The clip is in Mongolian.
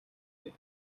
дээ